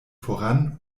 voran